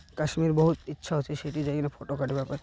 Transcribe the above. କାଶ୍ମୀର ବହୁତ ଇଚ୍ଛା ଅଛି ସେଠି ଯାଇକରିନା ଫଟୋ କାଢିବା ପାଇଁ